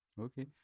Okay